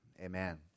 amen